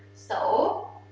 so,